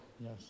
Yes